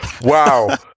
Wow